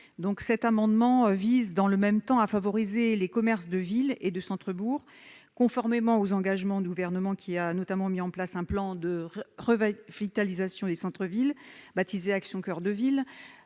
Cet amendement vise à favoriser les commerces de villes et de centres-bourgs, conformément aux engagements du Gouvernement qui a notamment mis en place un plan de revitalisation des centres-villes, baptisé « Action coeur de ville